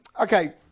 Okay